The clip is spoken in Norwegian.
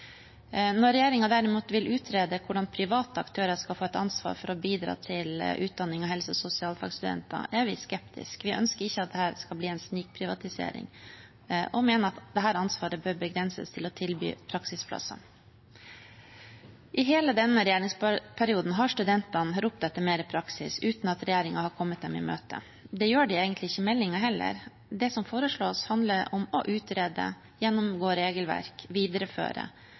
Når regjeringen derimot vil utrede hvordan private aktører skal få et ansvar for å bidra til utdanning av helse- og sosialfagsstudenter, er vi skeptiske. Vi ønsker ikke at dette skal bli en snikprivatisering og mener at det ansvaret bør begrenses til å tilby praksisplasser. I hele denne regjeringsperioden har studentene ropt etter mer praksis – uten at regjeringen har kommet dem i møte. Det gjør de egentlig ikke i meldingen heller. Det som foreslås, handler om å utrede, gjennomgå regelverk, videreføre.